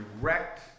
direct